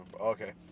Okay